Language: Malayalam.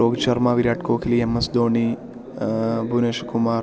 Rohit Sharma Virat Kohli M S Dhoni Bhuvnesh Kumar